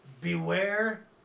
beware